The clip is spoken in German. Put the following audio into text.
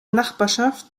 nachbarschaft